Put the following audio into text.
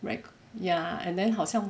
ya and then 好像